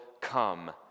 come